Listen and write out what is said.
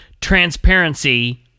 Transparency